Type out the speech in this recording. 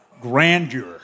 grandeur